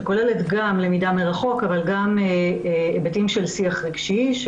שכוללת למידה מרחוק והיבטים של שיח רגשי,